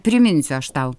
priminsiu aš tau